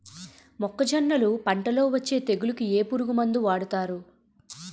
మొక్కజొన్నలు పంట లొ వచ్చే తెగులకి ఏ పురుగు మందు వాడతారు?